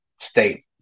state